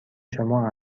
شما